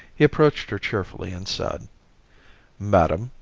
he approached her cheerfully and said madam,